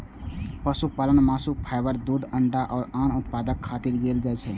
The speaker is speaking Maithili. पशुपालन मासु, फाइबर, दूध, अंडा आ आन उत्पादक खातिर कैल जाइ छै